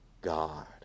God